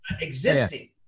existing